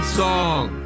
song